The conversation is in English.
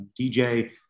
DJ